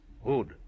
Who'd